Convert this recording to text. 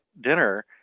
dinner